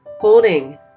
holding